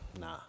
Nah